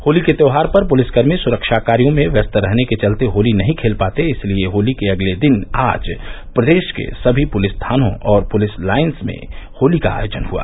होली के त्योहार पर पुलिसकर्मी सुरक्षा कार्यो में व्यस्त रहने चलते होली नहीं खेल पाते इसलिए होली के अगले दिन आज प्रदेश के सभी पुलिस थानो और पुलिस लाइन्स में होती का आयोजन हुआ